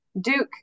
Duke